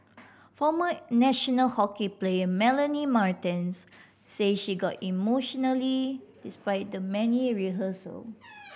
former national hockey player Melanie Martens say she got emotional despite the many rehearsal